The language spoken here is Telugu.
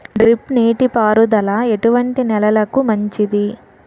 డ్రిప్ నీటి పారుదల ఎటువంటి నెలలకు మంచిది?